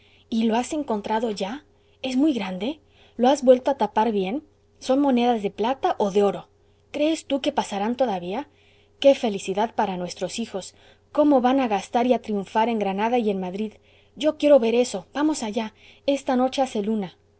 y lo has encontrado ya es muy grande lo has vuelto a tapar bien son monedas de plata o de oro crees tú que pasarán todavía qué felicidad para nuestros hijos cómo van a gastar y a triunfar en granada y en madrid yo quiero ver eso vamos allá esta noche hace luna